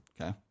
okay